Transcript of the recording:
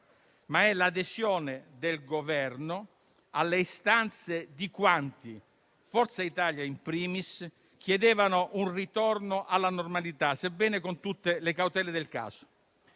ma è l'adesione del Governo alle istanze di quanti, Forza Italia *in primis*, chiedevano un ritorno alla normalità, sebbene con tutte le cautele del caso.